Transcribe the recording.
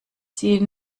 sie